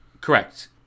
Correct